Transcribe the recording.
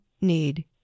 need